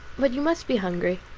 but you must be hungry,